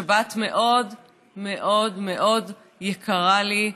השבת מאוד מאוד מאוד יקרה לי,